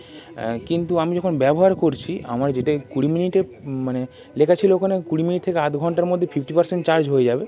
কিন্তু আমি যখন ব্যবহার করছি আমার যেটা কুড়ি মিনিটে মানে লেখা ছিলো ওখানে কুড়ি মিনিট থেকে আধ ঘন্টার মধ্যে ফিফটি পারসেন্ট চার্জ হয়ে যাবে